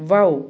wow